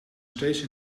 steeds